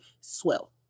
swell